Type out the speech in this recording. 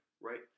Right